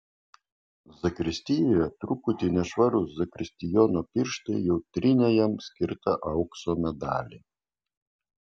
zakristijoje truputį nešvarūs zakristijono pirštai jau trynė jam skirtą aukso medalį